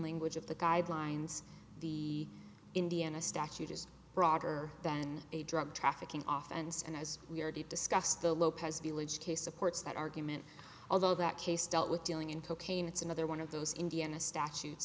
language of the guidelines the indiana statute is broader than a drug trafficking oftenest and as we already discussed the lopez village case supports that argument although that case dealt with dealing in cocaine it's another one of those indiana statutes